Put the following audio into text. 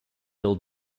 bill